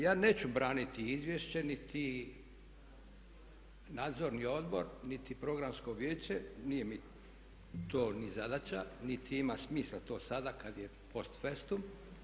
Ja neću braniti izvješće niti Nadzorni odbor, niti Programsko vijeće, nije mi to ni zadaća, niti ima smisla to sada kad je post festum.